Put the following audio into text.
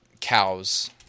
cows